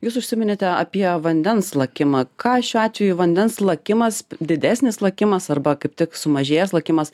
jūs užsiminėte apie vandens lakimą ką šiuo atveju vandens lakimas didesnis lakimas arba kaip tik sumažėjęs lakimas